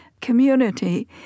community